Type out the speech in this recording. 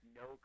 no